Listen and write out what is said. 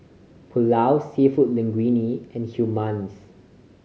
Pulao Seafood Linguine and Hummus